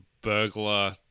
burglar